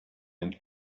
and